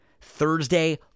Thursday